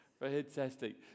Fantastic